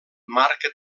marca